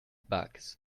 bugs